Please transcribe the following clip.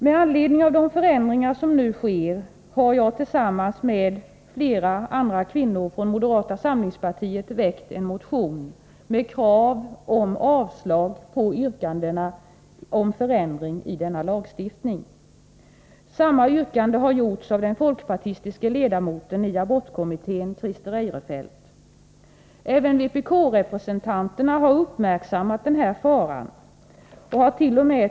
Med anledning av de förändringar som nu sker har jag tillsammans med flera andra kvinnor från moderata samlingspartiet väckt en motion med krav på avslag på yrkandena om förändring i denna lagstiftning. Samma yrkande har ställts av den folkpartistiske ledamoten i abortkommittén, Christer Eirefelt. Även vpk-representanterna har uppmärksammat faran och hart.o.m.